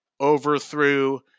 overthrew